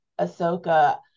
Ahsoka